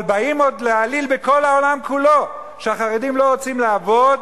אבל באים עוד להעליל בכל העולם כולו שהחרדים לא רוצים לעבוד,